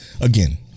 Again